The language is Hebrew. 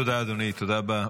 תודה, אדוני, תודה רבה.